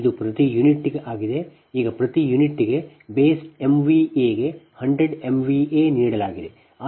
ಆದ್ದರಿಂದ ಇದು ಪ್ರತಿ ಯೂನಿಟ್ಗೆ ಆಗಿದೆ ಈಗ ಪ್ರತಿ ಯೂನಿಟ್ಗೆ ಬೇಸ್ MVA ಗೆ 100 MVA ನೀಡಲಾಗಿದೆ